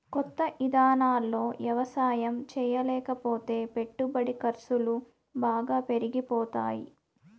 కొత్త ఇదానాల్లో యవసాయం చేయకపోతే పెట్టుబడి ఖర్సులు బాగా పెరిగిపోతాయ్